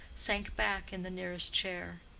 sank back in the nearest chair.